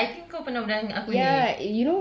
oh ya I think kau pernah bilang dengan aku ini